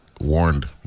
warned